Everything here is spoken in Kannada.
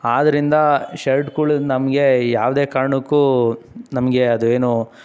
ಆದ್ದರಿಂದ ಶರ್ಟ್ಗಳು ನಮಗೆ ಯಾವುದೇ ಕಾರಣಕ್ಕೂ ನಮಗೆ ಅದು ಏನು